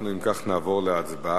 אנחנו, אם כך, נעבור להצבעה